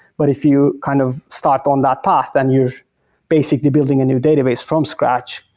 but if you kind of start on that path, then you're basically building a new database from scratch,